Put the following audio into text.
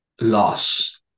loss